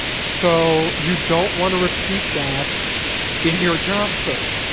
so you don't want to repeat that in your job search.